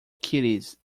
kiddies